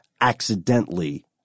accidentally